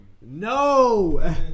No